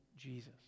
Jesus